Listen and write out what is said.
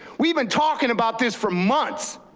we've been talking about this for months.